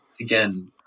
again